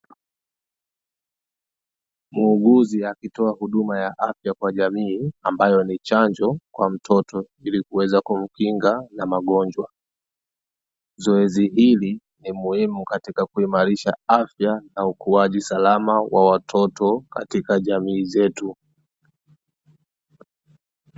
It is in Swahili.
Muuguzi akitoa huduma ya afya kwa jamii, ambayo ni chanjo kwa mtoto ili kuweza kumkinga na magonjwa. Zoezi hili ni muhimu katika kuimarisha afya na ukuaji salama wa watoto katika jamii zetu.